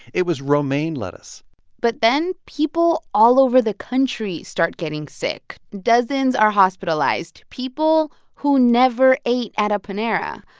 it was romaine lettuce but then people all over the country start getting sick. dozens are hospitalized, people who never ate at a panera.